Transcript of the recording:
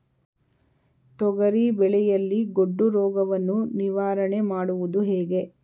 ತೊಗರಿ ಬೆಳೆಯಲ್ಲಿ ಗೊಡ್ಡು ರೋಗವನ್ನು ನಿವಾರಣೆ ಮಾಡುವುದು ಹೇಗೆ?